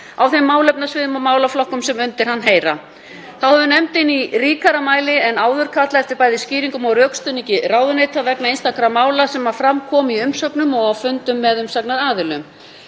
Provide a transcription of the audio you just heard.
á þeim málefnasviðum og málaflokkum sem undir hann heyra. Þá hefur nefndin í ríkara mæli en áður kallað eftir bæði skýringum og rökstuðningi ráðuneyta vegna einstakra mála sem fram komu í umsögnum og á fundum með umsagnaraðilum.